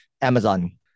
Amazon